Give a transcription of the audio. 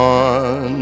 on